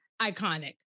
Iconic